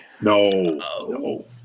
No